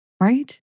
Right